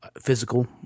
physical